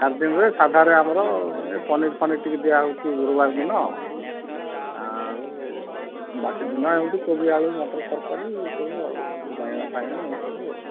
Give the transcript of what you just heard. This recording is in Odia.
ଚାରି ଦିନରେ ସାଧାରେ ଆମର ଏ ପନିର୍ ଫନିର ଟିକେ ଦିଆହେଉଛି ଗୁରୁବାର ଦିନ ଆଉ ବାକି ଦିନ ଏମିତି କୋବି ଆଳୁ ମଟର ତରକାରୀ ସେଇ ଆଉ ବାଇଗଣ ଫାଇଗଣ ଏଇ ସବୁ ଆଉ